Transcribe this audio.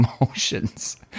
emotions